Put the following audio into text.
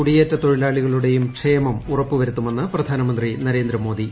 കുടിയേറ്റത്തൊഴിലാളികളുടെയും ക്ഷേമം ഉറപ്പു വരുത്തുമെന്ന് പ്രധാനമന്ത്രി നരുന്ദ്രമോദി